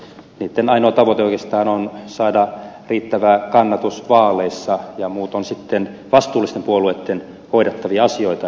heidän ainoa tavoitteensa oikeastaan on saada riittävä kannatus vaaleissa ja muut ovat sitten vastuullisten puolueitten hoidettavia asioita